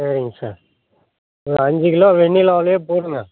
சரிங்க சார் ஒரு அஞ்சு கிலோ வெண்ணிலாவுலேயேப் போடுங்கள்